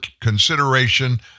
consideration